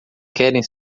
querem